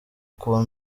kuba